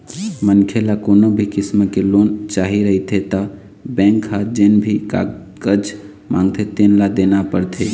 मनखे ल कोनो भी किसम के लोन चाही रहिथे त बेंक ह जेन भी कागज मांगथे तेन ल देना परथे